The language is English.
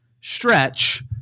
stretch